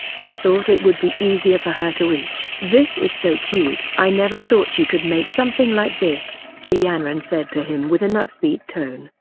he thought it would be easier for her to reach. this is so cute! i never thought you could make something like this, ji yanran said to him with an upbeat tone,